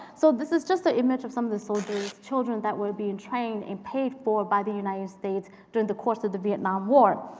so this is just the image of some of the soldiers' children that were being trained and paid for by the united states during the course of the vietnam war.